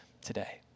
today